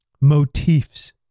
motifs